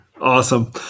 Awesome